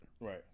Right